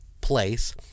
Place